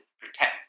protect